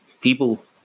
people